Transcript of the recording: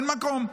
אין מקום.